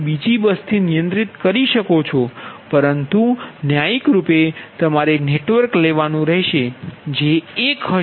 બીજી બસથી નિયંત્રિત કરી શકો છો પરંતુ ન્યાયિક રૂપે તમારે નેટવર્ક લેવાનું રહેશે કે જે એક હશે